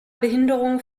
behinderung